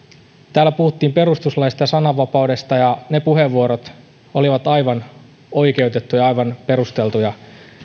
täällä puhuttiin perustuslaista ja sananvapaudesta ja ne puheenvuorot olivat aivan oikeutettuja ja aivan perusteltuja